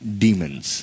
demons